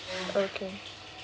okay